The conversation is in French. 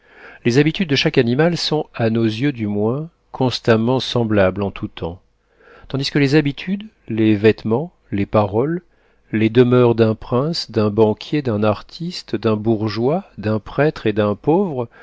les habitudes de chaque animal sont à nos yeux du moins constamment semblables en tout temps tandis que les habitudes les vêtements les paroles les demeures d'un prince d'un banquier d'un artiste d'un bourgeois d'un prêtre et d'un pauvre